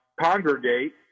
congregate